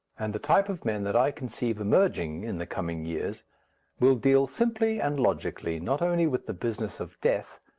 and the type of men that i conceive emerging in the coming years will deal simply and logically not only with the business of death,